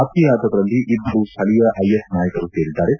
ಪತ್ಲೆಯಾದವರಲ್ಲಿ ಇಬ್ಲರು ಸ್ವಳೀಯ ಐಎಸ್ ನಾಯಕರು ಸೇರಿದ್ದಾರೆ